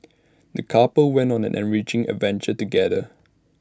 the couple went on an enriching adventure together